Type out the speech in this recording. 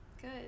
good